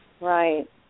right